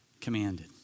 commanded